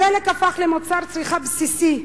הדלק הפך למוצר צריכה בסיסי,